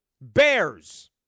Bears